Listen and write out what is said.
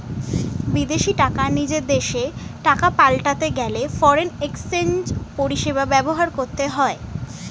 বিদেশী টাকা নিজের দেশের টাকায় পাল্টাতে গেলে ফরেন এক্সচেঞ্জ পরিষেবা ব্যবহার করতে হয়